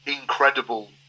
Incredible